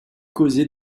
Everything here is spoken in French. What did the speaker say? causé